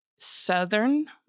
southern